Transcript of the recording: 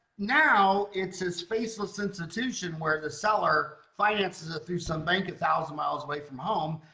now it's his faceless institution where the seller finances a through some bank a thousand miles away from home,